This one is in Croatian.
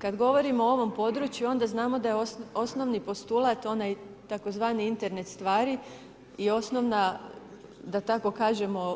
Kad govorimo o ovom području, onda znamo da je osnovni postulat onaj tzv. Internet stvari i osnovna da tako kažemo,